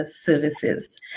services